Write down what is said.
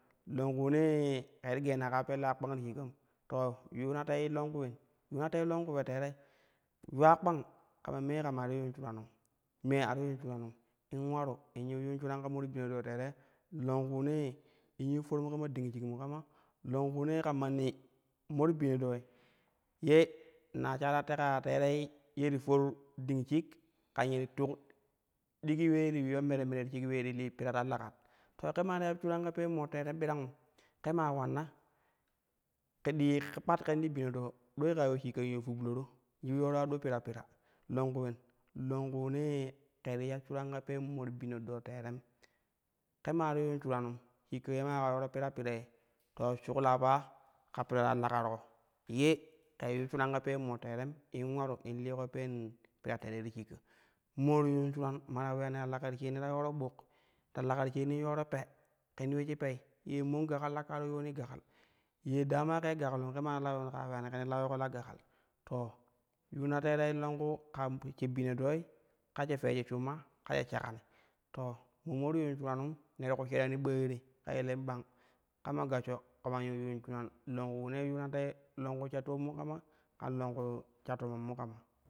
Longkuunee ke ti geena kaa pelle a kpang li shikkan, to yuuna tei longku luen, yuna tei longku ule terei yuula kpang kama mee kamai to yuur shuranum mee a ti yuu shuranum bo ularu in yiu yuun shuran ka mor bimi do tere longkuunee in yiu for mu kama ding shik mu kama longkuunee ka manni mor bino dooi ye nashara teka ya terei ye ti for ding shik key ye ti tuk digi ulee ti yuyyu mere mere ti shik luee ti liin pira ta lokat to ke nina ti yuun shuran ku peen mor teere birangum ke maa ulanna ke illi kpat ken ti bino doo dulei kaa ule shikkau yui fublaro yiu yeero ad pira pira, longku w-ulen longkuunee ke ti ya shurum ka peen mar bino doo teerem ke maa ti yuun shuranum, shikko ye maa yika yooro pira pira ye to shukla pa ka pira ta lakat ko ye ƙee yu shuran ka peen mor teerem in ularu in liiko peen pira teere ti shikko. Mo ti yuun shura ma ta uleyani to lakat sheeni ta yooro ɓuk ta laka sheenin yooro pe ken ti ule shik pei, ye min gakal ta kan yooni gakal ye dama kei gakalu ke ma ti yuun ke ta uleyani ken ti yooko la gakal. To yuulna teerei longku ka sha bino dooi, ka she fee shik shuma ka she shakani to ma mo ti yuun shunamun we ti ku sheereu ɓooi te ka elen bana kama gashsho kaman yiu yuun shuran longkuunee yuna tei longku sha teommu kama kan longku sha tomen mu kama.